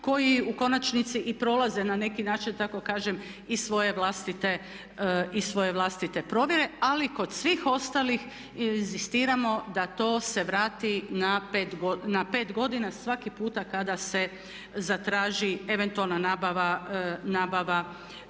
koji u konačnici i prolaze na neki način da tako kažem i svoje vlastite provjere. Ali kod svih ostalih inzistiramo da to se vrati na pet godina svaki puta kada se zatraži eventualna nabava